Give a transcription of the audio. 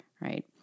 right